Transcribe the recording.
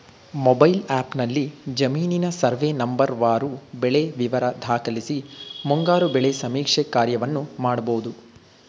mobile ಆ್ಯಪ್ನಲ್ಲಿ ಜಮೀನಿನ survey ನಂಬರ್ವಾರು ಬೆಳೆ ವಿವರ ದಾಖಲಿಸಿ ಮುಂಗಾರು ಬೆಳೆ ಸಮೀಕ್ಷೆ ಕಾರ್ಯವನ್ನು ಮಾಡ್ಬೋದು